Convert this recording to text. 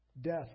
Death